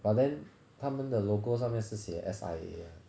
but then 他们的 logo 上面是写 S_I_A uh